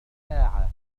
ساعة